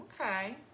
Okay